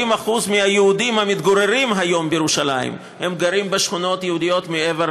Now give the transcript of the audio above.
40% מהיהודים המתגוררים היום בירושלים גרים בשכונות יהודיות מעבר